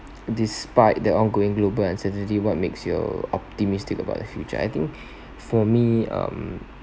despite the ongoing global and uncertainty what makes you optimistic about the future I think for me um